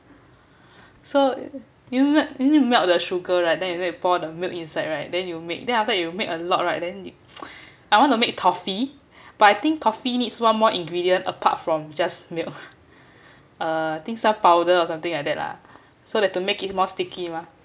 so you know me~ melt the sugar right then you then you poured the milk inside right then you will make then after that you made a lot right then I want to make toffee but I think toffee needs one more ingredient apart from just milk uh I think some powder or something like that lah so that to make it more sticky mah